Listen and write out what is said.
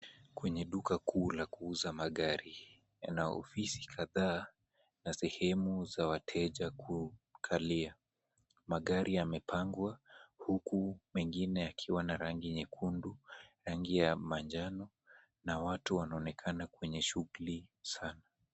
Kwenye duka kuu la kuuza magari, kuna ofisi kadhaa na sehemu za wateja kukalia. Magari yamepangwa huku mengine yakiwa na rangi nyekundu, rangi ya manjano na watu wanaonekana kwenye shughuli sana.